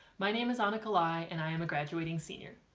my name is ah annika lai and i am a graduating senior.